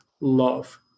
love